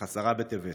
אך י' בטבת,